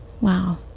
Wow